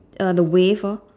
uh the wave lor